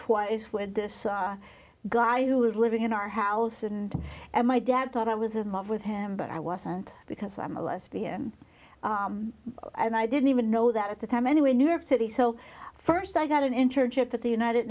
twice with this guy who was living in our house and my dad thought i was in love with him but i wasn't because i'm a lesbian and i didn't even know that at the time anyway new york city so st i got an internship at the united